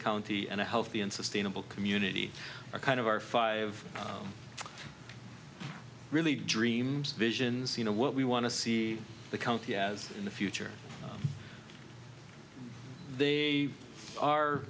county and a healthy and sustainable community are kind of our five really dreams visions you know what we want to see the county as in the future they are